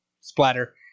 Splatter